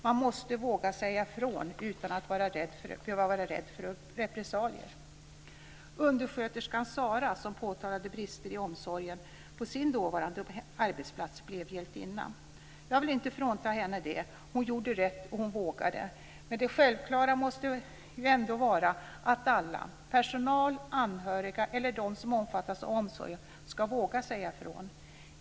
Man måste våga säga ifrån utan att behöva vara rädd för repressalier. Undersköterskan Sarah, som påtalade brister i omsorgen på sin dåvarande arbetsplats, blev hjältinna. Jag vill inte frånta henne det. Hon gjorde rätt, och hon vågade. Men det självklara måste ändå vara att alla ska våga säga ifrån.